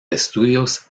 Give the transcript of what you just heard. estudios